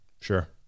Sure